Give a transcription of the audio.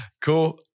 Cool